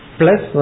plus